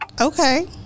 Okay